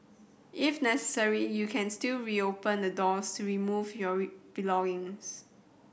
if necessary you can still reopen the doors to remove your belongings